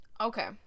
Okay